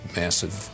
massive